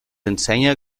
ensenya